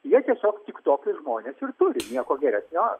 jie tiesiog tik tokius žmones ir turi nieko geresnio